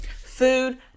Food